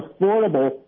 affordable